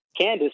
Candice